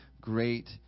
great